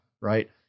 right